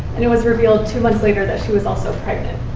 and it was revealed two months later that she was also pregnant.